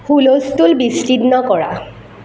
হুলস্থূল বিচ্ছিন্ন কৰা